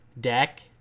deck